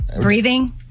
Breathing